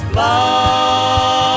love